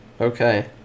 okay